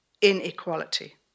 inequality